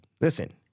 Listen